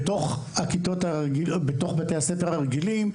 בתוך בתי הספר הרגילים,